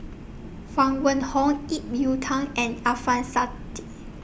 Huang Wenhong Ip Yiu Tung and Alfian Sa'at